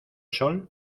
sol